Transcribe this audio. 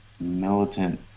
militant